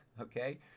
Okay